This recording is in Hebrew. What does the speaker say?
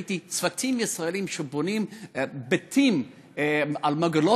וראיתי צוותים ישראליים שבונים בתים למרגלות